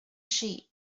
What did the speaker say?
sheet